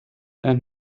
and